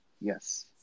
Yes